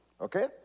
okay